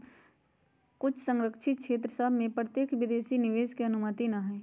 कुछ सँरक्षित क्षेत्र सभ में प्रत्यक्ष विदेशी निवेश के अनुमति न हइ